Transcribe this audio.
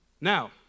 Now